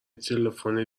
تلفن